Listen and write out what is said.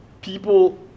People